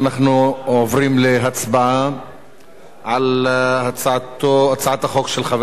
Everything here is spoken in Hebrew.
אנחנו עוברים להצבעה על הצעת החוק של חבר